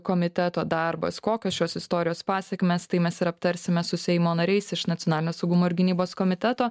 komiteto darbas kokios šios istorijos pasekmės tai mes ir aptarsime su seimo nariais iš nacionalinio saugumo ir gynybos komiteto